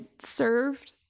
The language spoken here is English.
served